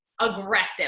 aggressive